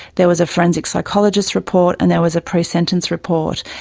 there was a forensic psychologist's report and there was a presentence report.